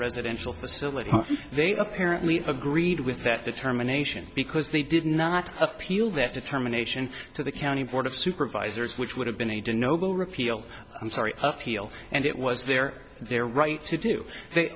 residential facility they apparently agreed with that determination because they did not appeal that determination to the county board of supervisors which would have been a dead noble repeal i'm sorry peel and it was their their right to do they